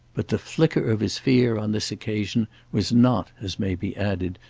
but the flicker of his fear on this occasion was not, as may be added,